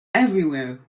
everywhere